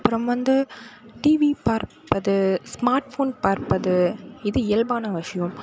அப்புறம் வந்து டிவி பார்ப்பது ஸ்மார்ட்போன் பார்ப்பது இது இயல்பான விஷயம்